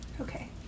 Okay